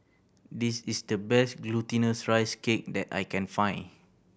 this is the best Glutinous Rice Cake that I can find